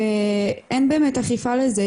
ואין באמת אכיפה לזה.